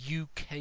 UK